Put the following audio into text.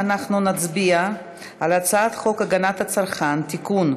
אנחנו נצביע על הצעת חוק הגנת הצרכן (תיקון,